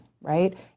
right